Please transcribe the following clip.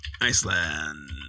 iceland